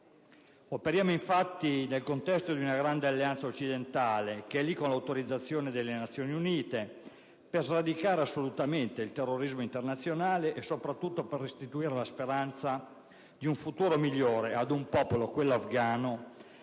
Operiamo infatti nel contesto di una grande alleanza occidentale che è lì con l'autorizzazione delle Nazioni Unite per sradicare il terrorismo internazionale e soprattutto per restituire la speranza di un futuro migliore ad un popolo, quello afgano,